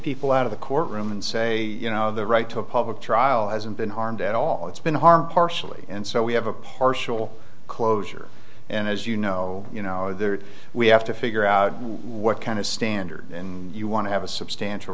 people out of the courtroom and say you know the right to a public trial hasn't been harmed at all it's been harmed partially and so we have a partial closure and as you know you know we have to figure out what kind of standard in you want to have a substantial